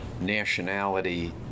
nationality